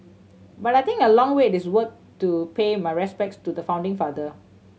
but I think a long wait is worth it to pay my respects to the founding father